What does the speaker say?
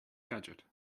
gadget